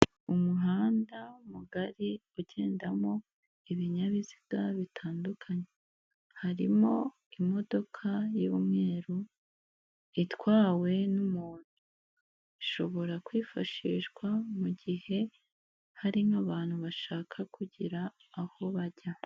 Umuhanda mugari ugendamo ibinyabiziga bitandukanye. Harimo imodoka y'umweru itwawe n'umuntu ishobora kwifashishwa mu gihe hari nk'abantu bashaka kugira aho bajya.